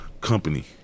company